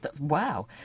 wow